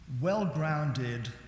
well-grounded